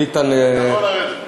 ביטן, אתה יכול לרדת.